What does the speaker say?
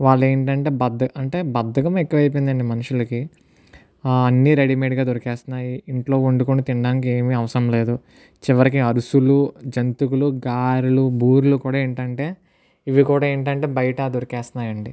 వాళ్ళు ఏంటంటే బద్ధ అంటే బద్ధకం ఎక్కువైపోయింది అండి మనుషులకి అన్నీ రెడీమేడ్గా దొరికేస్తున్నాయి ఇంట్లో వండుకొని తినడానికి ఏ అవసరం లేదు చివరికి అరిసెలు జంతికలు గారెలు బూరెలు కూడా ఏంటంటే ఇవి కూడా ఏంటంటే బయట దొరికేస్తున్నాయి అండి